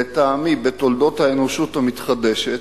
לטעמי, בתולדות האנושות המתחדשת,